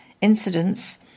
incidents